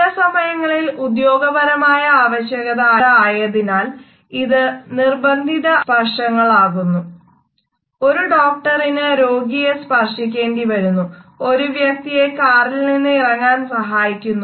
ചില സമയങ്ങളിൽ ഉദ്യോഗപരമായ ആവശ്യകത ആയതിനാൽ ഇത് നിർബന്ധിത സ്പർശങ്ങളാകുന്നു ഒരു ഡോക്ടറിന് രോഗിയെ സ്പർശിക്കേണ്ടി വരുന്നു ഒരു വ്യക്തിയെ കാറിൽ നിന്ന് ഇറങ്ങാൻ സഹായിക്കുന്നു